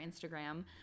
Instagram